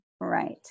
Right